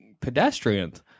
pedestrians